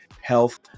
Health